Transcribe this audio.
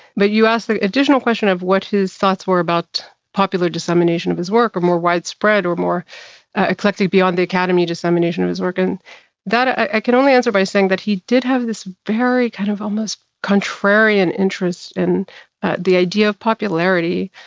but you asked the additional question of what his thoughts were about popular dissemination of his work, or more widespread, or more eclectic beyond the academic dissemination of his work. and that. i can only answer by saying that he did have this very, kind of almost contrarian interest in the idea of popularity,